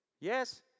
Yes